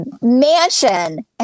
mansion